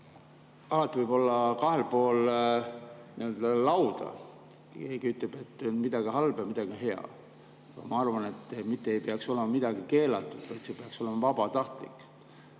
Alati võib olla kahel pool lauda: keegi ütleb, et on midagi halba, ja on ka midagi head. Ma arvan, et mitte ei peaks olema midagi keelatud, vaid see peaks olema vabatahtlik.